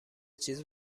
چیز